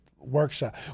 workshop